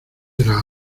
era